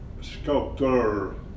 sculptor